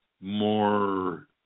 More